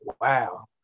wow